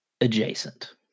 Adjacent